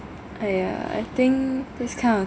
!aiya! I think this kind of